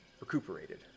recuperated